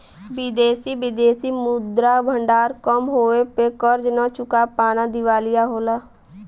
विदेशी विदेशी मुद्रा भंडार कम होये पे कर्ज न चुका पाना दिवालिया होला